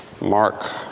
Mark